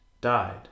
died